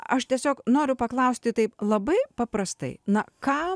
aš tiesiog noriu paklausti taip labai paprastai na ką